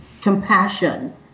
compassion